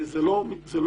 זה לא יקרה.